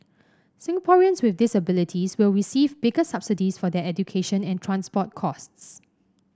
Singaporeans with disabilities will receive bigger subsidies for their education and transport costs